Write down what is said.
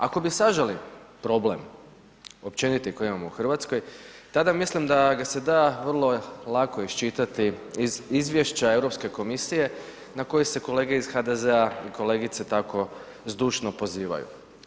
Ako bi saželi problem općeniti koji imamo u Hrvatskoj, tada mislim da ga se da vrlo lako iščitati iz Izvješća Europske komisije na koji se kolege iz HDZ-a i kolegice tako zdušno pozivaju.